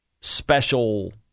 special